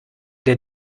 der